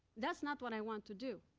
that's not what i want to do.